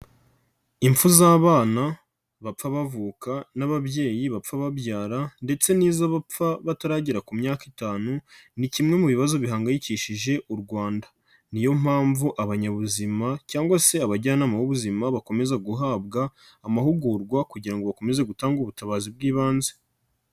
Impfu z'abana bapfa bavuka n'ababyeyi bapfa babyara ndetse n'izo bapfa bataragera ku myaka itanu ni kimwe mu bibazo bihangayikishije u Rwanda, niyo mpamvu abanyabuzima cyangwa se abajyanama b'ubuzima bakomeza guhabwa amahugurwa kugira ngo bakomeze gutange ubutabazi bw'ibanze.